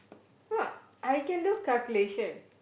uh I can do calculation